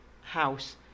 house